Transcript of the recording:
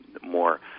more